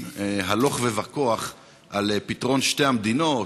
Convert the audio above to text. הלוך ווכוח על פתרון שתי המדינות,